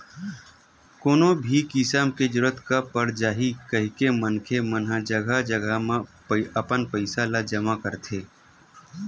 कोनो भी किसम के जरूरत कब पर जाही कहिके मनखे मन ह जघा जघा म अपन पइसा ल जमा करथे